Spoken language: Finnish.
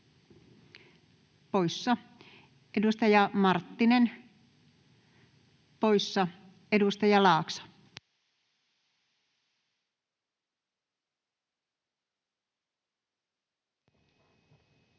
poissa, edustaja Marttinen poissa. — Edustaja Laakso.